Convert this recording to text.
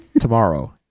tomorrow